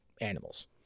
animals